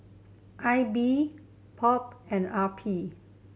I B POP and R P